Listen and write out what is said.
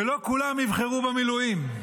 ולא כולם יבחרו במילואים.